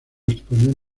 exponer